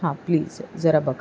हां प्लीज जरा बघा